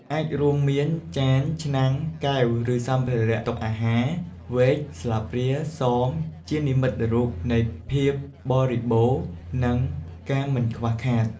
អាចរួមមាន ចាន ឆ្នាំង កែវ ឬសម្ភារៈតុអាហារ វែក ស្លាបព្រា សម ជានិមិត្តរូបនៃ ភាពបរិបូរណ៍ និង ការមិនខ្វះខាត។